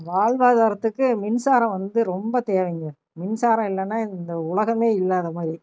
வாழ்வாதாரத்துக்கு மின்சாரம் வந்து ரொம்ப தேவைங்க மின்சாரம் இல்லைனா இந்த உலகமே இல்லாதமாதிரி